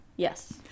Yes